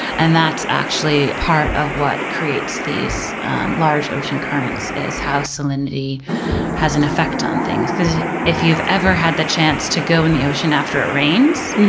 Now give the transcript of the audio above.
and that's actually part of what creates these large ocean currents, is how salinity has an effect on things. because if you've ever had the chance to go in the ocean after it rains,